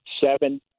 seven